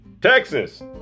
Texas